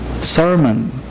sermon